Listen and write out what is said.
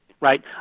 right